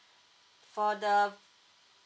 for the